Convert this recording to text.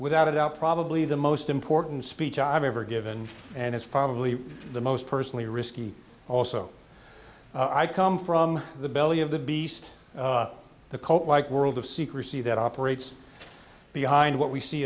without a doubt probably the most important speech i've ever given and it's probably the most personally risky also i come from the belly of the beast the cult like world of secrecy that operates behind what we see